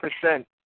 percent